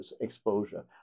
exposure